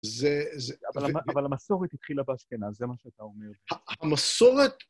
אבל המסורת התחילה באשכנז, זה מה שאתה אומר. המסורת...